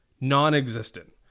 non-existent